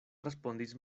respondis